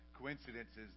coincidences